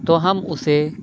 تو ہم اُسے